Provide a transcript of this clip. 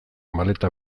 maleta